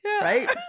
Right